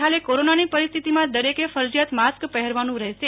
હાલે કોરોનાની પરિસ્થિતિમાં દરેકે ફરજીયાત માસ્ક પંહેરવાનું રહેશે